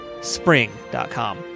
spring.com